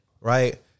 right